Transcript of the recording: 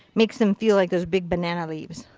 makes them feel like those big banana leaves.